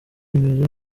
binyuze